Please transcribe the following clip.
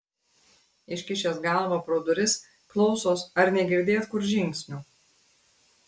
iškišęs galvą pro duris klausos ar negirdėt kur žingsnių